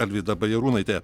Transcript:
alvyda bajarūnaitė